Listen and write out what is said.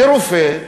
לרופא,